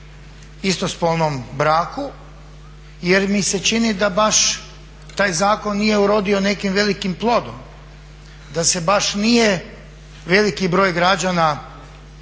istospolnom braku jer mi se čini da baš taj zakon nije urodio nekim velikim plodom, da se baš nije veliki broj građana uključio